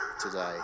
today